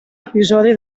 episodi